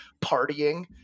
partying